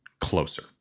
closer